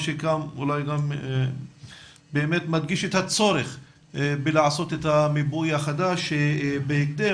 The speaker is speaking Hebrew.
מה שאולי גם באמת מדגיש את הצורך בלעשות את המיפוי החדש בהקדם.